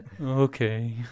okay